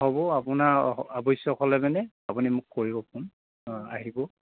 হ'ব আপোনাৰ আৱশ্যক হ'লে মানে আপুনি মোক কৰিব ফোন অঁ আহিব